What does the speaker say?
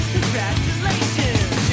Congratulations